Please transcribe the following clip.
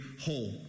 whole